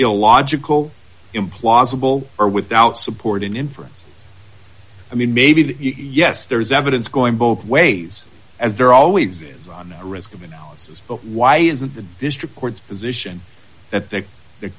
illogical implausible or without support an inference i mean maybe that yes there is evidence going both ways as there always is on the risk of analysis but why isn't the district courts position that the